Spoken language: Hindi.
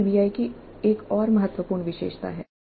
यह पीबीआई की एक और महत्वपूर्ण विशेषता है